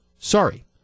Sorry